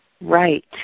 Right